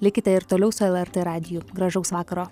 likite ir toliau su lrt radiju gražaus vakaro